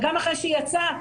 וגם אחרי שהיא יצאה,